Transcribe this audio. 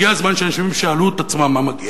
הגיע הזמן שאנשים ישאלו את עצמם מה מגיע,